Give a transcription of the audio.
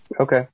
Okay